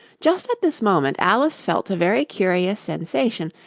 just at this moment alice felt a very curious sensation,